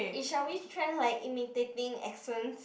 eh shall we train like imitating accents